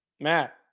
Matt